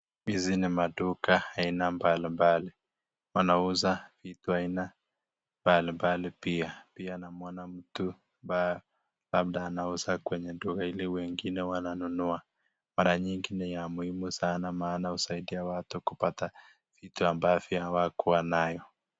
Hizi ni maduka aina mbalimbali. Wanauza vitu aina mbalimbali pia. Pia namuona mtu ambaye labda anauza kwenye duka ile wengine wananunua. Mara nyingi ni ya muhimu sana maana husaidia watu kupata vitu ambavyo hawakuwa nayo.